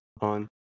on